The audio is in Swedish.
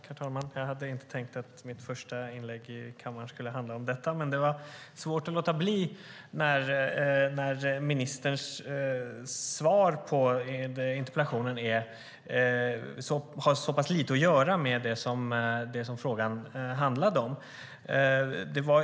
Herr talman! Jag hade inte tänkt att mitt första inlägg i kammaren skulle handla om detta, men det var svårt att låta bli att gå upp i debatten när ministerns svar på interpellationen har så pass lite att göra med det som frågan handlar om.